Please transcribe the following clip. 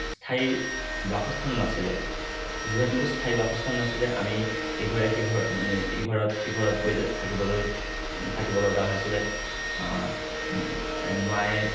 স্থায়ী বাসস্থান নাছিলে যিহেতু স্থায়ী বাসস্থান নাছিলে আমি ইঘৰে সিঘৰে ইঘৰত সিঘৰত গৈ থাকিবলৈ থাকিব লগা হৈছিলে মায়ে